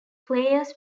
players